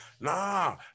Nah